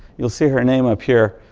you'll see her name up here.